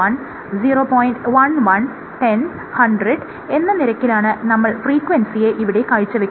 11 10 100 എന്ന നിരക്കിലാണ് നമ്മൾ ഫ്രീക്വൻസിയെ ഇവിടെ കാഴ്ചവെക്കുന്നത്